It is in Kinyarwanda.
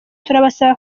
turabasaba